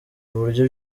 uburyo